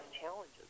challenges